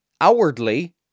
outwardly